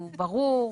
הוא ברור,